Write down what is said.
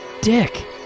dick